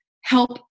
help